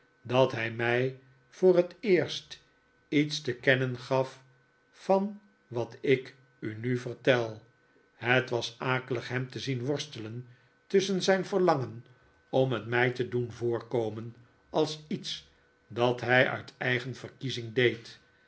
dat hij mij voor het eerst iets te kennen gaf van wat ik u nu vertel het was akelig hem te zien worstelen tusschen zijn verlangen om het mij te doen voorkomen als iets dat hij uit eigen verkiezing deed